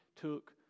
took